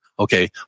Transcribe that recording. Okay